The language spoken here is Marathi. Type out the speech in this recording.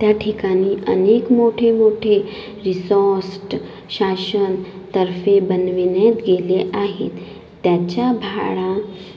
त्या ठिकाणी अनेक मोठे मोठे रिसॉस्ट शासनातर्फे बनविण्यात गेले आहेत त्याचे भाडे